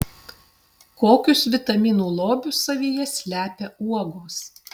kokius vitaminų lobius savyje slepia uogos